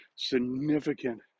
significant